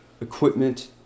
equipment